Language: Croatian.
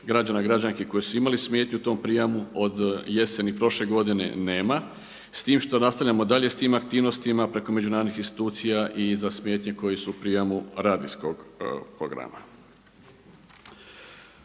građana, građanki koji su imali smetnju u tom prijemu od jeseni prošle godine nema. S tim što nastavljamo dalje sa tim aktivnostima preko međunarodnih institucija i za smetnje koje su u prijemu radijskog programa.